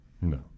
No